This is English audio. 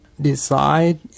decide